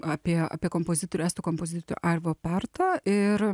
apie apie kompozitorių estų kompozitorių arvo pertą ir